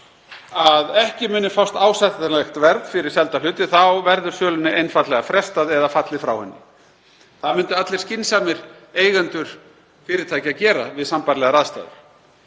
að ekki muni fást ásættanlegt verð fyrir selda hluti þá verður sölunni einfaldlega frestað eða fallið frá henni. Það myndu allir skynsamir eigendur fyrirtækja gera við sambærilegar aðstæður.